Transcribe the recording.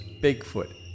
Bigfoot